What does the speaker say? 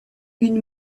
une